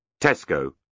Tesco